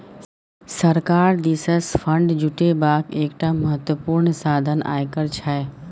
सरकार दिससँ फंड जुटेबाक एकटा महत्वपूर्ण साधन आयकर छै